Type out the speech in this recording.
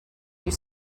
you